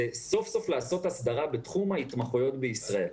סוף-סוף לעשות הסדרה בתחום ההתמחויות בישראל.